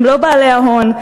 הם לא בעלי ההון,